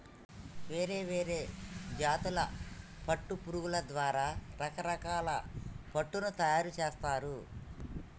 వేరే వేరే జాతుల పట్టు పురుగుల ద్వారా రకరకాల పట్టును తయారుచేస్తారు